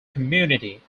community